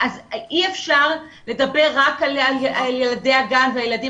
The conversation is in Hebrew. אי אפשר לדבר רק על ילדי הגן והילדים